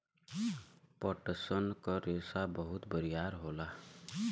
पटसन क रेसा बहुत बरियार होला